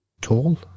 tall